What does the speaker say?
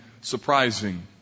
surprising